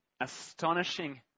astonishing